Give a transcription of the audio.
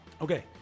okay